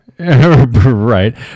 right